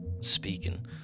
speaking